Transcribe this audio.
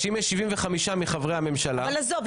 ואם 75 מחברי הממשלה --- עזוב.